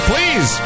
Please